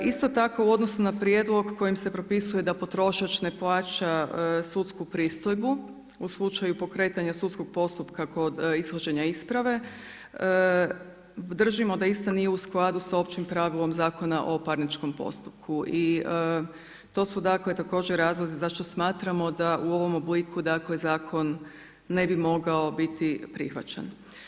Isto tako, u odnosu na prijedlog kojim se propisuje da potrošač ne plaća sudsku pristojbu u slučaju pokretanja sudskog postupka kod ishođenja isprave držimo da ista nije u skladu sa općim pravilom Zakona o parničnom postupku i to su dakle također razlozi zašto smatramo da u ovom obliku zakon ne bi mogao biti prihvaćen.